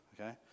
okay